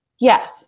Yes